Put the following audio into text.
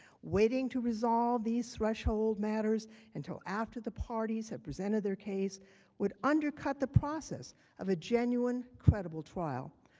waiting to resolve the threshold matters until after the parties have presented their case would undercut the process of a genuine credible trial.